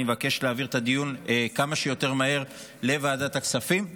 אני מבקש להעביר את הדיון כמה שיותר מהר לוועדת הכספים,